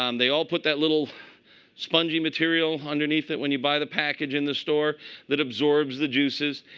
um they all put that little spongy material underneath it when you buy the package in the store that absorbs the juices.